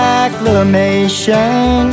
acclamation